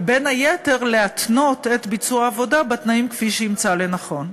ובין היתר להתנות את ביצוע העבודה בתנאים כפי שימצא לנכון.